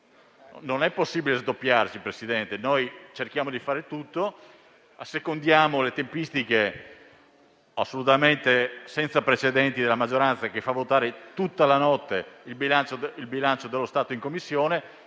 non è possibile sdoppiarsi. Cerchiamo di fare tutto; assecondiamo le tempistiche assolutamente senza precedenti di una maggioranza che fa votare per tutta la notte il bilancio dello Stato in Commissione,